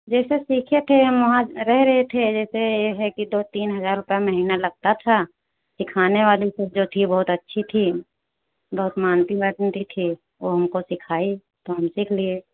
जैसे सीखे थे हम वहाँ रह रहे थे जैसे ये है कि दो तीन हजार रुपया महीना लगता था सिखाने वाली सब जो थी बहुत अच्छी थी बहुत मानती वानती थी उ हमको सिखाई तो हम सीख लिए